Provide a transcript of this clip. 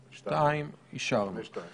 בכלי, רק צריך